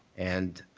and